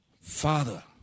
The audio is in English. Father